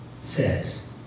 says